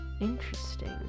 Interesting